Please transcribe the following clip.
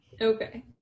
Okay